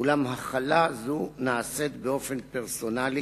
אולם החלה זו נעשית באופן פרסונלי